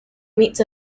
meets